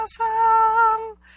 awesome